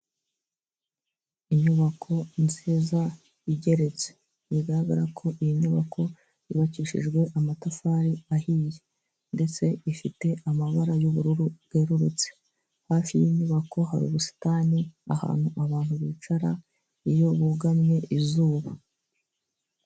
Inyubako nziza igeretse bigaragara ko iyi nyubako yubakishijwe amatafari ahiye ndetse ifite amabara y'ubururu bwerurutse hafi yinyubako hari ubusitani ahantu abantu bicara iyo bugamye izuba.